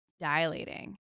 dilating